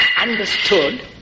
understood